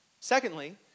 Secondly